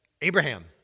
Abraham